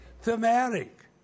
Thematic